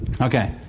Okay